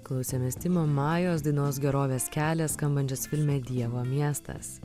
klausėmės timo majos dainos gerovės kelias skambančios filme dievo miestas